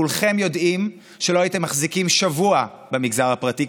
כולכם יודעים שלא הייתם מחזיקים שבוע במגזר הפרטי,